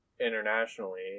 internationally